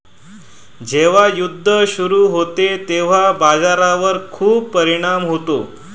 जेव्हा युद्ध सुरू होते तेव्हा बाजारावर खूप परिणाम होतो